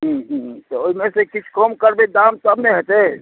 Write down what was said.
हुँ हुँ तऽ ओहिमे से किछु कम करबै दाम तब ने हेतै